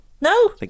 No